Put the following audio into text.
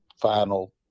final